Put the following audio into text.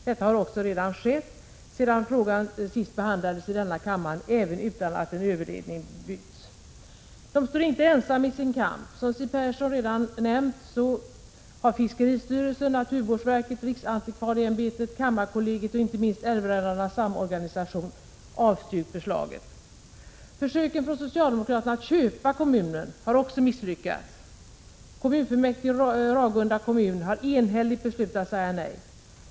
Detta har också redan skett sedan frågan sist behandlades i denna kammare, utan att en överledning byggs. De står inte ensamma i sin kamp, som Magnus Persson redan nämnt. Fiskeristyrelsen, naturvårdsverket, riksantikvarieämbetet, kammarkollegiet och inte minst Älvräddarnas samorganisation har avstyrkt förslaget. Försöken från socialdemokraterna att köpa kommunen har också misslyckats. Kommunfullmäktige i Ragunda kommun har enhälligt beslutat säga nej.